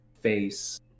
face